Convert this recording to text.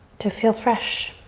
to feel fresh.